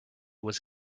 was